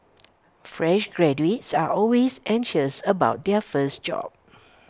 fresh graduates are always anxious about their first job